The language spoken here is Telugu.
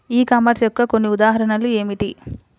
ఈ కామర్స్ యొక్క కొన్ని ఉదాహరణలు ఏమిటి?